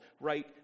right